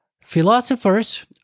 Philosophers